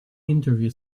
interview